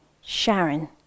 Sharon